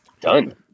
done